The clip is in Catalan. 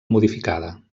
modificada